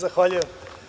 Zahvaljujem.